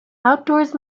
outdoors